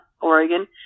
Oregon